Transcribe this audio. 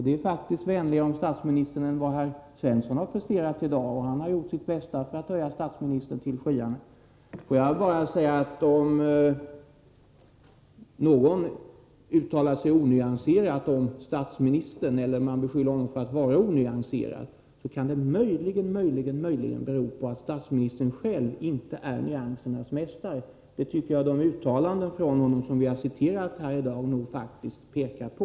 Det är faktiskt ett vänligare uttalande om statsministern än vad herr Svensson har presterat i dag, och han har ändå gjort sitt bästa för att höja statsministern till skyarna. Om någon uttalar sig onyanserat om statsministern eller någon beskyller honom för att vara onyanserad, kan det möjligen bero på att statsministern 67 själv inte är nyansernas mästare. Det tycker jag att de uttalanden från honom som vi har citerat här i dag faktiskt är belägg på.